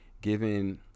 given